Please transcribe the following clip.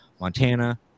Montana